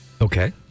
Okay